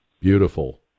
Beautiful